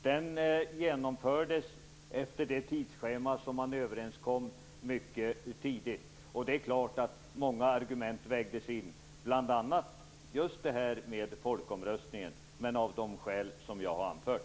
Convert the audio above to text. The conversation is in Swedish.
Den genomfördes efter det tidsschema som man kom överens om mycket tidigt. Det är klart att många argument vägdes in, bl.a. just detta med folkomröstningen, men skälen har jag anfört.